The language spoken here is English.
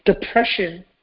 Depression